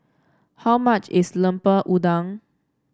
how much is Lemper Udang